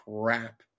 crap